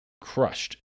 crushed